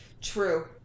True